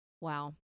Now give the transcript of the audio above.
Wow